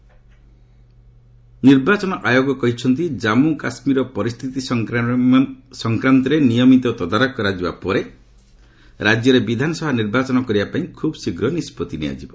ରିଭ୍ ଇସି J and K ନିର୍ବାଚନ ଆୟୋଗ କହିଛନ୍ତି ଜାମ୍ମୁ କାଶ୍ମୀରର ପରିସ୍ଥିତି ସଂକ୍ରାନ୍ତରେ ନିୟମିତ ତଦାରଖ କରାଯିବା ପରେ ରାଜ୍ୟରେ ବିଧାନସଭା ନିର୍ବାଚନ କରିବା ପାଇଁ ଖୁବ୍ ଶୀଘ୍ର ନିଷ୍ପଭି ନିଆଯିବ